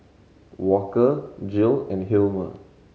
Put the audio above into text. Walker Jill and Hilmer